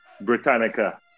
Britannica